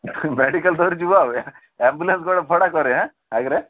medical ଧରି ଯିବ ଆଉ ଆମ୍ବୁଲାନ୍ସ କ'ଣ ଭଡ଼ା କରିବି ଆଁ ଆଗରେ